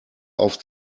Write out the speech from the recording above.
auf